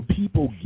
people